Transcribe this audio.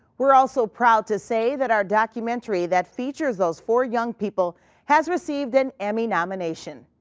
we're also proud to say that our documentary that features those four young people has received an emmy nomination.